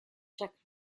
czech